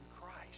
Christ